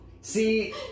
See